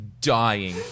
dying